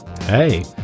Hey